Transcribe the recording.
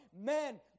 men